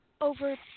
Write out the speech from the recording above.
over